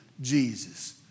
Jesus